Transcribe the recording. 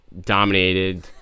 dominated